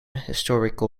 historical